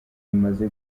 imaze